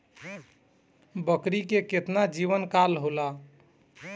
बकरी के केतना जीवन काल होला?